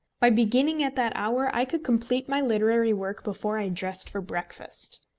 by beginning at that hour i could complete my literary work before i dressed for breakfast.